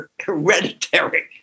Hereditary